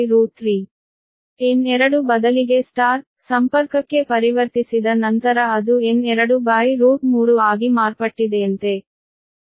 N2ಬದಲಿಗೆ Y ಸಂಪರ್ಕಕ್ಕೆ ಪರಿವರ್ತಿಸಿದ ನಂತರ ಅದು N23 ಆಗಿ ಮಾರ್ಪಟ್ಟಿದೆಯಂತೆ